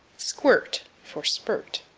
squirt for spurt.